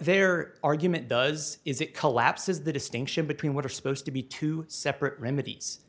their argument does is it collapses the distinction between what are supposed to be two separate remedies